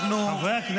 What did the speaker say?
תודה רבה.